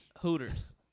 Hooters